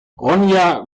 ronja